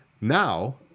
now